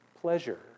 pleasure